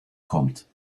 kommt